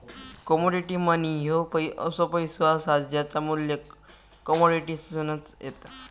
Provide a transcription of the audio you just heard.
commodity money ह्यो असो पैसो असा ज्याचा मू्ल्य कमोडिटीतसून येता